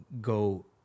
go